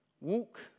walk